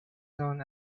known